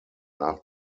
nach